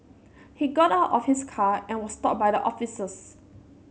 he got out of his car and was stopped by the officers